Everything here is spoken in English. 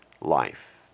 life